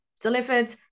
delivered